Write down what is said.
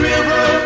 River